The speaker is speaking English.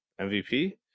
MVP